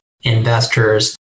investors